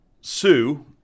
Sue